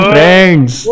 Friends